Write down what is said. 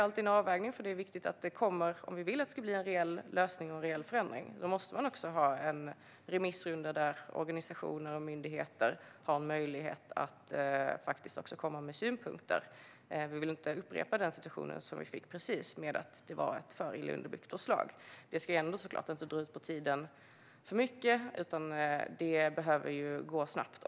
Om vi vill att det ska bli en reell lösning och reell förändring måste det finnas en remissrunda där organisationer och myndigheter kan lämna synpunkter. Vi vill inte upprepa den situation som uppstod med ett för illa underbyggt förslag. Men arbetet ska ändå inte dra ut på tiden för mycket, utan det behöver gå snabbt.